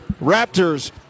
Raptors